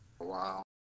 Wow